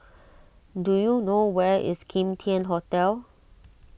do you know where is Kim Tian Hotel